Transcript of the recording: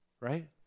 right